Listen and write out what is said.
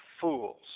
fools